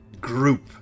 group